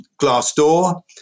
Glassdoor